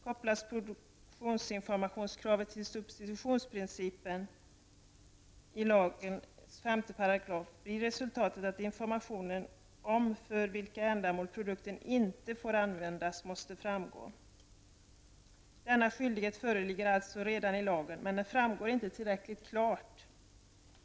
Kopplas produktionsinformationskravet till substitutionsprincipen i lagens 5 § blir resultatet att information om för vilka ändamål produkten inte får användas måste framgå. Denna skyldighet föreligger alltså redan i lagen, men den framgår inte tillräckligt klart.